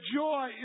joy